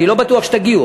אני לא בטוח שתגיעו,